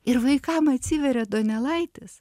ir vaikam atsiveria donelaitis